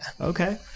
okay